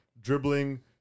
Dribbling